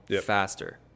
faster